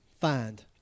find